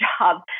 job